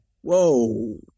Whoa